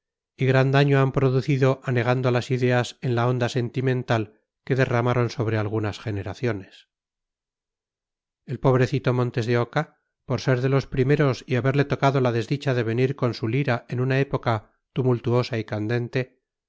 y gran daño han producido anegando las ideas en la onda sentimental que derramaron sobre algunas generaciones el pobrecito montes de oca por ser de los primeros y haberle tocado la desdicha de venir con su lira en una época tumultuosa y candente